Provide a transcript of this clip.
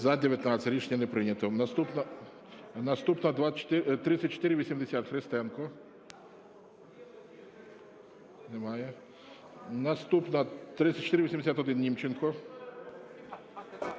За-19 Рішення не прийнято. Наступна - 3480, Христенко. Немає. Наступна 3481, Німченко.